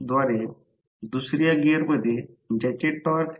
तेही साध्या कमी किंमतीत देखरेखीसाठी सुलभ आहेत